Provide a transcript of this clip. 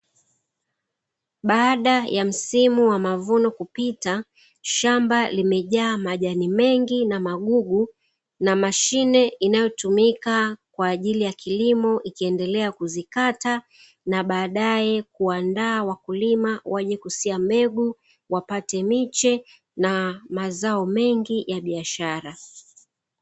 Baada ya msimu wa mavuno kupita shamba limejaa majani mengi na magugu, na mashine inayotumika kwa ajili ya kilimo ikiendelea kuzikata na baadaye kuandaa wakulima wenye kusiamevu wapate miche na mazao mengi ya biashara.